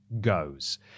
goes